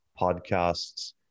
podcasts